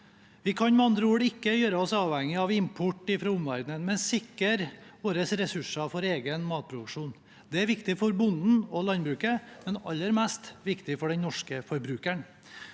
Vi kan med andre ord ikke gjøre oss avhengige av import fra omverdenen, men må sikre våre ressurser for egen matproduksjon. Det er viktig for bonden og landbruket, men aller mest viktig for den norske forbrukeren.